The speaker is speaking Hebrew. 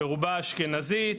ברובה אשכנזית.